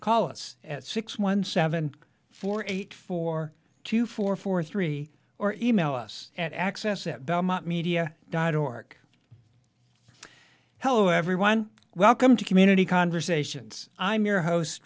call us at six one seven four eight four two four four three or email us at access at belmont media dot org hello everyone welcome to community conversations i'm your host